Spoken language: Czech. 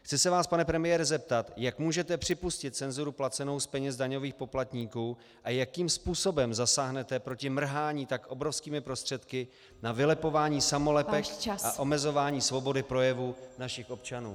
Chci se vás, pane premiére, zeptat, jak můžete připustit cenzuru placenou z peněz daňových poplatníků a jakým způsobem zasáhnete proti mrhání tak obrovskými prostředky na vylepování samolepek a omezování svobody projevu našich občanů.